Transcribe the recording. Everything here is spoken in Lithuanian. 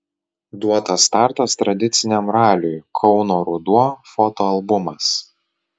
duotas startas tradiciniam raliui kauno ruduo fotoalbumas